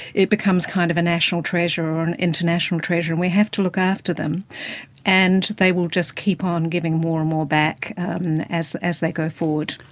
it becomes kind of a national treasure or an international treasure and we have to look after them and they will just keep on giving more and more back as as they go forward.